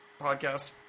podcast